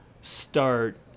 start